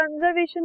conservation